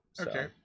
Okay